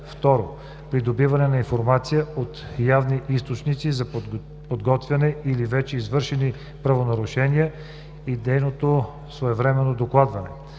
2. придобиване на информация от явни източници за подготвяни или вече извършени правонарушения и нейното своевременно докладване;